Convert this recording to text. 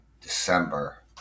December